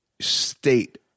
state